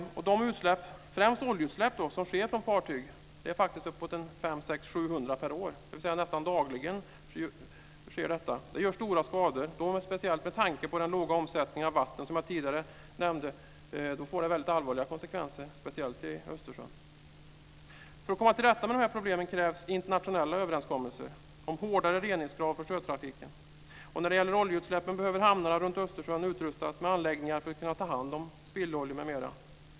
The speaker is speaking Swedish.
De utsläpp - främst oljeutsläpp - som sker från fartyg, 600-700 per år, dvs. nästan dagligen, gör stora skador och får allvarliga konsekvenser i Östersjön, speciellt med tanke på den låga omsättningen av vatten som jag nämnde tidigare. För att komma till rätta med problemen krävs internationella överenskommelser om hårdare reningskrav för sjötrafiken. När det gäller oljeutsläppen behöver hamnarna runt Östersjön utrustas med anläggningar för att kunna ta hand om spillolja m.m.